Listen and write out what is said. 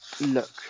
look